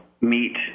meet